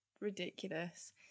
ridiculous